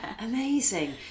Amazing